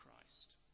Christ